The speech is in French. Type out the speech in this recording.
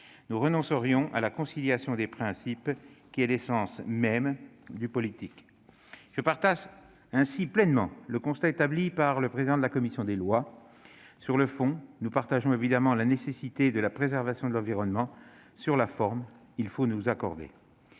Nous renoncerions alors à la conciliation des principes qui est l'essence même du politique. Je souscris ainsi pleinement au constat établi par le président de la commission des lois : sur le fond, nous partageons évidemment la nécessité de préserver l'environnement ; sur la forme, il faut nous accorder.